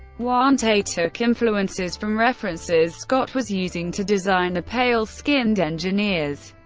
huante took influences from references scott was using to design the pale-skinned engineers.